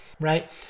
right